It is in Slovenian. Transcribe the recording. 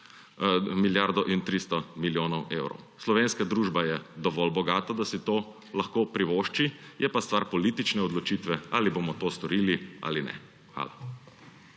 milijardo in 300 milijonov evrov. Slovenska družba je dovolj bogata, da si to lahko privošči, je pa stvar politične odločitve, ali bomo to storili ali ne. Hvala.